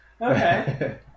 Okay